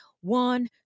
One